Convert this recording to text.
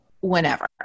whenever